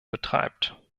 betreibt